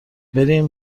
بریم